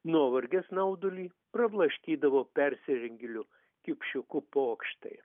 nuovargio snaudulį prablaškydavo persirengėlių kipšiukų pokštai